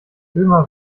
ömer